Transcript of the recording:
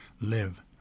Live